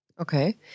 Okay